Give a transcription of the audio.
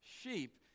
sheep